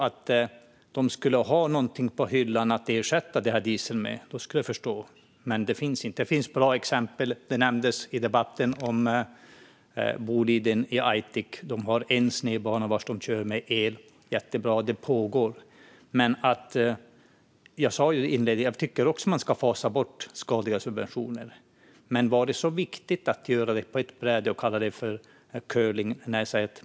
Om de hade något på hyllan att ersätta dieseln med skulle jag förstå detta. Det finns bra exempel. Tidigare i debatten nämndes Boliden i Aitik. De har en snedbana där de kör med el. Det är jättebra att detta pågår. Jag inledde med att säga att även jag tycker att man ska fasa ut skadliga subventioner. Men var det så viktigt att göra det på ett bräde och kalla det curling?